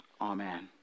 Amen